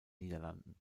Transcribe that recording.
niederlanden